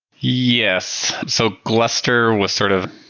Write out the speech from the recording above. yes. so gluster was sort of